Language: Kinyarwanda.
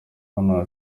nonaha